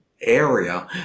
area